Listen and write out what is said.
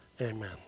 Amen